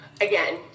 again